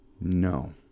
No